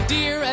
Dear